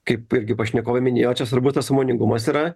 kaip irgi pašnekovai minėjo čia svarbu tas sąmoningumas yra